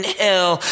hell